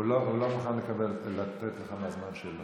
הוא לא מוכן לתת לך מהזמן שלו.